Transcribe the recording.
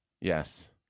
Yes